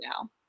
now